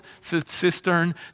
cistern